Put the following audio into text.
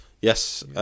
Yes